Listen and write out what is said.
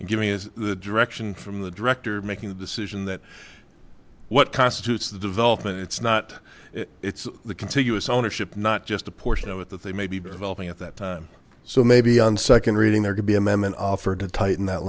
and giving is the direction from the director making the decision that what constitutes the development it's not the contiguous ownership not just a portion of it that they may be valving at that time so maybe on second reading there could be amendment offered to tighten that